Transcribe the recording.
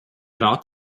rat